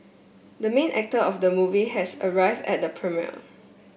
the main actor of the movie has arrived at the premiere